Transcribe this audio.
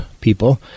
people